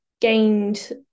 gained